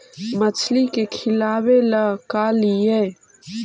मछली के खिलाबे ल का लिअइ?